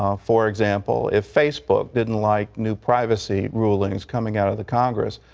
um for example, if facebook didn't like new privacy rulings coming out of the congress,